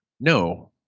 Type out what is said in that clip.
no